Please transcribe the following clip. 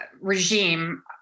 regime